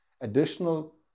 additional